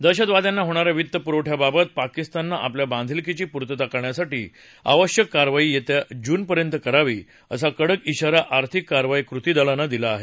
दहशतवाद्यांना होणा या वित्त पुरवठ्याबाबत पाकिस्ताननं आपल्या बांधिलकीची पूर्तता करण्यासाठी आवश्यक कारवाई येत्या जूनपर्यंत करावी असा कडक शारा आर्थिक कारवाई कृती दलानं दिला आहे